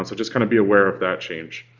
um so just kind of be aware of that change.